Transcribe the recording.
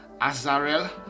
Azarel